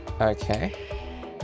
Okay